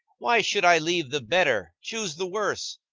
why should i leave the better, choose the worse?